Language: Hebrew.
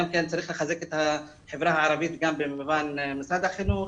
צריך לחזק את החברה הערבית במובן של משרד החינוך,